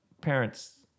parents